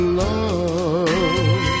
love